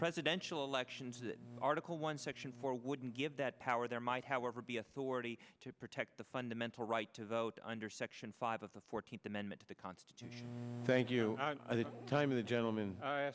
presidential elections that article one section four wouldn't give that power there might however be authority to protect the fundamental right to vote under section five of the fourteenth amendment to the constitution thank you time of the gentleman u